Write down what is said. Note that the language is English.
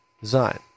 design